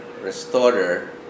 restorer